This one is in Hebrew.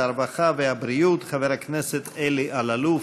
הרווחה והבריאות חבר הכנסת אלי אלאלוף.